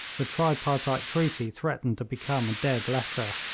the tripartite treaty threatened to become a dead letter.